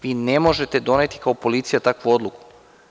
Vi ne možete doneti kao policija takvu odluku.